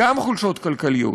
גם חולשות כלכליות.